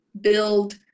build